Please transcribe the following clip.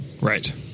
right